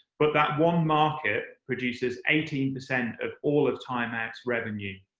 but that one market produces eighteen percent of all of time out's revenue.